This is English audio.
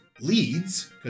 leads